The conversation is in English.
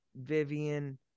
vivian